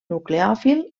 nucleòfil